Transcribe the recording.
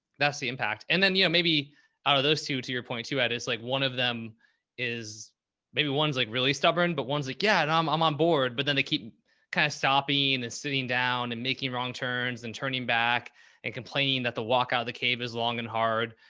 that's the impact. and then, you know, maybe out of those two, to your point too, ed is like, one of them is maybe one's like really stubborn, but ones again, i'm i'm on board, but then they keep kind of stopping and sitting down and making wrong turns and turning back and complaining that the walkout of the cave as long and hard,